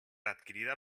adquirida